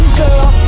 girl